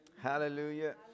Hallelujah